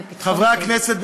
חברי הכנסת,